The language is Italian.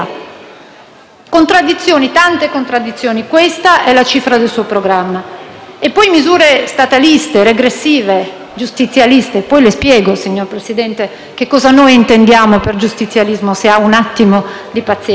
Contraddizioni, tante contraddizioni Questa è la cifra del suo programma. E poi misure stataliste, regressive, giustizialiste - poi le spiego, signor Presidente, che cosa noi intendiamo per giustizialismo, se ha un attimo di pazienza